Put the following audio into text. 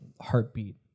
heartbeat